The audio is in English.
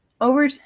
Over